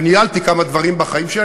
וניהלתי כמה דברים בחיים שלי,